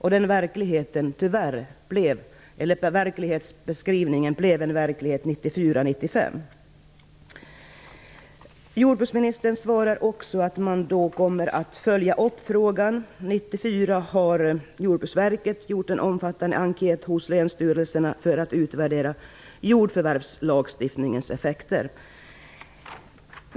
Verklighetsbeskrivningen blev tyvärr en verklighet 1994-1995. Jordbruksministern säger också i sitt svar att man kommer att följa upp frågan och att Jordbruksverket 1994 har gjort en omfattande enkät hos länsstyrelserna för att utvärdera jordförvärvslagstiftningens effekter.